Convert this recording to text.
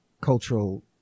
cultural